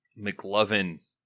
McLovin